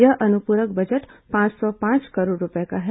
यह अनुपूरक बजट पांच सौ पांच करोड़ रूपये का है